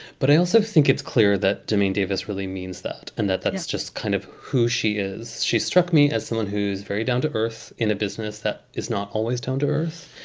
but i also think it's clear that dumaine davis really means that and that that is just kind of who she is. she struck me as someone who's very down to earth in a business that is not always down to earth.